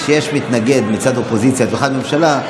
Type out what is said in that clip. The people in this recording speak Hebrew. כשיש מתנגד מצד האופוזיציה להצעת ממשלה,